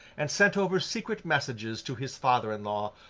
and sent over secret messages to his father-in-law,